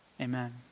amen